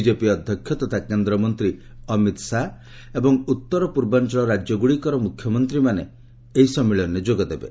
BJP ଅଧ୍ୟକ୍ଷ ତଥା କେନ୍ଦ୍ରମନ୍ତ୍ରୀ ଅମିତ ଶାହା ଏବଂ ଉତ୍ତର ପୂର୍ବାଞ୍ଚଳ ରାଜ୍ୟଗୁଡ଼ିକର ମୁଖ୍ୟମନ୍ତ୍ରୀମାନେ ଏହି ସମୟ ସମ୍ମିଳନୀରେ ଯୋଗଦେବେ